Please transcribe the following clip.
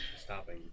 stopping